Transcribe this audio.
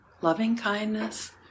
loving-kindness